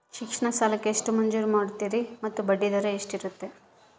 ಶಿಕ್ಷಣ ಸಾಲಕ್ಕೆ ಎಷ್ಟು ಮಂಜೂರು ಮಾಡ್ತೇರಿ ಮತ್ತು ಬಡ್ಡಿದರ ಎಷ್ಟಿರ್ತೈತೆ?